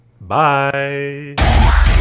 Bye